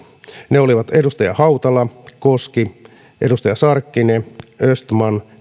he olivat edustajat hautala koski sarkkinen östman